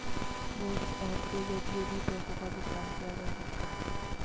WhatsApp के जरिए भी पैसों का भुगतान किया जा सकता है